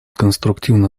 конструктивно